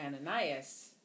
Ananias